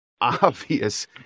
obvious